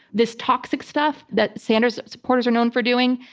this toxic stuff that sanders supporters are known for doing,